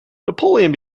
napoleon